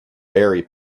berry